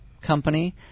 company